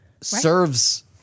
serves